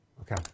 Okay